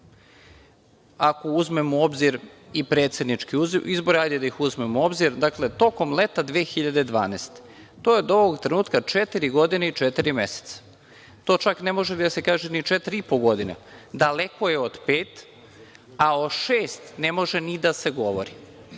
Ako uzmemo u obzir i predsedničke izbore, hajde da ih uzmemo u obzir, dakle, tokom leta 2012. godine. To je do ovog trenutka četiri godine i četiri meseca, dakle, ne može čak ni da se kaže četiri i po godine, daleko je od pet, a o šest ne može ni da se govori.